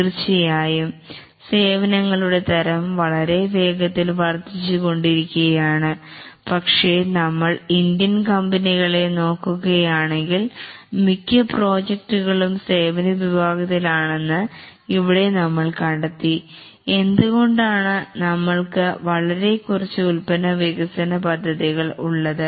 തീർച്ചയായും സേവനങ്ങളുടെ തരം വളരെ വേഗത്തിൽ വർധിച്ചുകൊണ്ടിരിക്കുകയാണ് പക്ഷേ നമ്മൾ ഇന്ത്യൻ കമ്പനികളെ നോക്കുകയാണെങ്കിൽ മിക്ക പ്രോജക്ടുകളും സേവന വിഭാഗത്തിൽ ആണെന്ന് ഇവിടെ നമ്മൾ കണ്ടെത്തി എന്തുകൊണ്ടാണ് നമ്മൾക്ക് വളരെ കുറച്ച് ഉൾപ്പന്ന വികസനപദ്ധതികൾ ഉള്ളത്